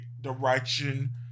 direction